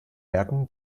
merken